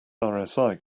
rsi